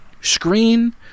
screen